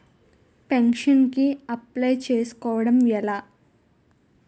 Pension కి apply చేసుకోవడం ఎలా?